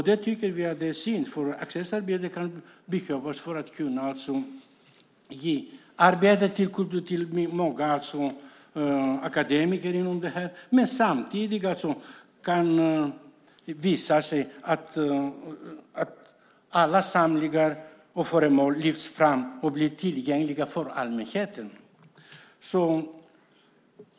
Det tycker vi är synd, för det skulle ge arbete till många akademiker inom detta område. På så sätt kunde samlingar och föremål lyftas fram och bli tillgängliga för allmänheten.